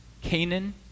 Canaan